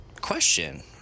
Question